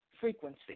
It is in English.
frequency